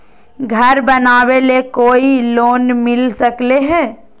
घर बनावे ले कोई लोनमिल सकले है?